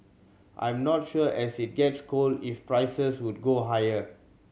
I'm not sure as it gets cold if prices would go higher